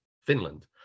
Finland